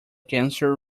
cancer